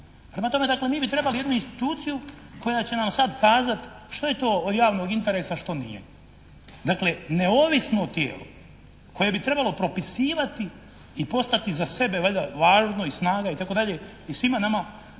Prema tome, dakle mi bi trebali jednu instituciju koja će nam sad kazat što je to od javnog interesa, što nije. Dakle, neovisno o tijelu koje bi trebalo propisivati i postati za sebe valjda važno i snaga, itd. i svima nama